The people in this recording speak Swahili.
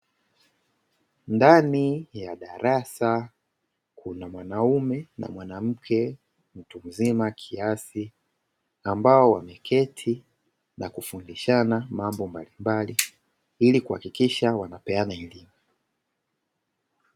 Ndani ya darasa kuna mwanaume na mwanamke, mtu mzima kiasi ambao wameketi nakufundishana mambo mbalimbali, ili kuhakikisha wanapeana elimu.